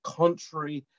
contrary